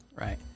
Right